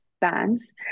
bands